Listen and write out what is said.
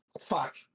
fuck